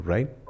Right